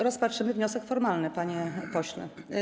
Rozpatrzymy wniosek formalny, panie pośle.